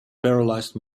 paralysed